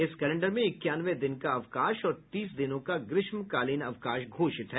इस कैलेंडर में इक्यानवे दिन का अवकाश और तीस दिनों का ग्रीष्मकालीन अवकाश घोषित है